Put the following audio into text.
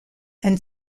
and